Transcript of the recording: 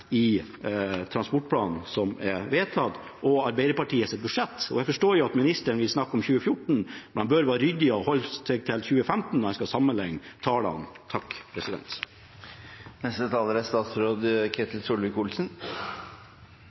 i transportplanen som er vedtatt, og i Arbeiderpartiets budsjett. Jeg forstår at ministeren vil snakke om 2014, men han bør være ryddigere og holde seg til 2015 når han skal sammenlikne tallene. Debatten tar to vendinger her. Det ene er at en